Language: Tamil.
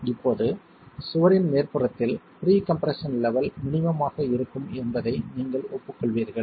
இப்போது சுவரின் மேற்புறத்தில் ப்ரீ கம்ப்ரெஸ்ஸன் லெவல் மினிமம்மாக இருக்கும் என்பதை நீங்கள் ஒப்புக்கொள்வீர்கள்